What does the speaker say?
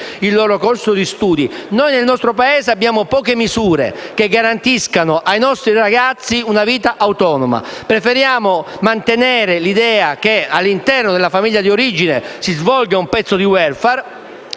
Nel nostro Paese abbiamo poche misure che garantiscano ai nostri ragazzi una vita autonoma. Preferiamo mantenere l'idea che, all'interno della famiglia d'origine, si svolga un pezzo di *welfare*